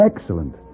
Excellent